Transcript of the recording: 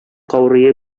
каурые